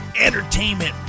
entertainment